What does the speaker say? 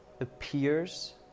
appears